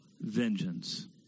vengeance